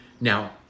Now